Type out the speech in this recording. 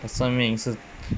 的生命是